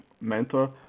mentor